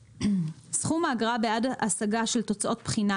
סכום האגרה בעד השגה על תוצאות בחינה,